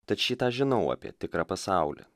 tad šį tą žinau apie tikrą pasaulį